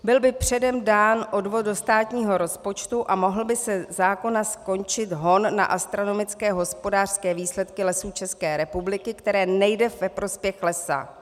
Byl by předem dán odvod do státního rozpočtu a mohl by se ze zákona skončit hon na astronomické hospodářské výsledky Lesů České republiky, které nejdou ve prospěch lesa.